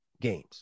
games